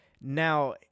Now